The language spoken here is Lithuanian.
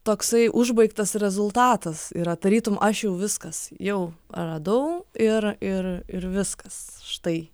toksai užbaigtas rezultatas yra tarytum aš jau viskas jau radau ir ir ir viskas štai